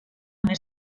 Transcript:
més